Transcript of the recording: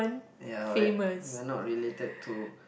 ya we are we are not related to